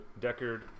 Deckard